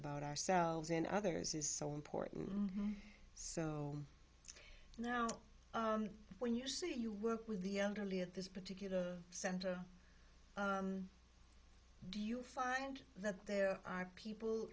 about ourselves and others is so important so now when you say you work with the elderly at this particular center do you find that there are people